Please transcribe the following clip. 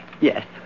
Yes